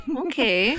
okay